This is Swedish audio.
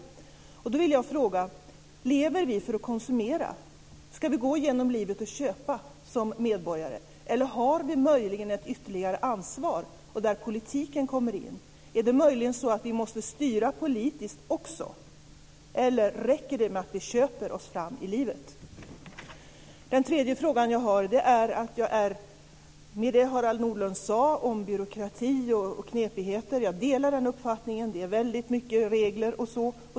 Då vill jag fråga: Lever vi för att konsumera? Ska vi som medborgare gå genom livet och köpa? Eller har vi möjligen ett ytterligare ansvar där politiken kommer in? Är det möjligen så att vi måste styra också politiskt? Eller räcker det med att vi köper oss fram i livet? Den tredje frågan som jag har gäller det som Harald Nordlund sade om byråkrati och andra knepigheter. Jag delar uppfattningen att det finns väldigt mycket regler.